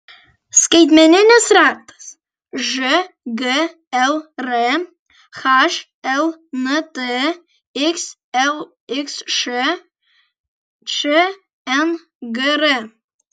skaitmeninis raktas žglr hlnt xlxš čngr